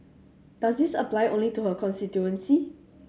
does this apply only to her constituency